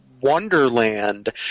wonderland